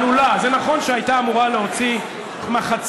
עלולה, זה נכון שהייתה אמורה להוציא מחצית,